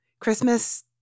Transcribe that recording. Christmas